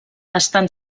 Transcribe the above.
estan